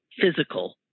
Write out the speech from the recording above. physical